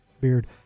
Beard